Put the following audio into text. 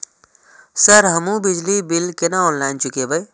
Sir हमू बिजली bill केना ऑनलाईन चुकेबे?